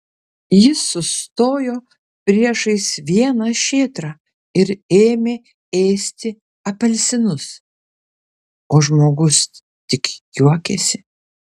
jis sustojo priešais vieną šėtrą ir ėmė ėsti apelsinus o žmogus tik juokėsi